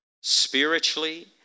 spiritually